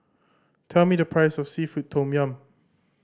tell me the price of seafood tom yum